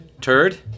turd